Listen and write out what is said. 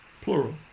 plural